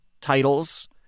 titles